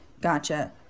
gotcha